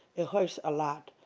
it hurts a lot.